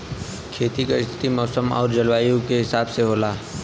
खेती क स्थिति मौसम आउर जलवायु क हिसाब से होला